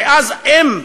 ואז הם,